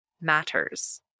matters